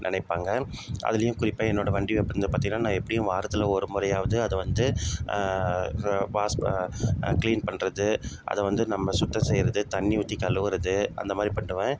நினைப்பாங்க அதுலேயும் குறிப்பாக என்னோடய வண்டியை ப வந்து பார்த்தீங்கன்னா நான் எப்பயும் வாரத்தில் ஒரு முறையாவது அதை வந்து ரா பாஸ் க்ளீன் பண்ணுறது அதை வந்து நம்ம சுத்தம் செய்கிறது தண்ணி ஊற்றி கழுவறது அந்த மாதிரி பண்ணிட்டுவேன்